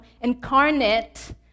incarnate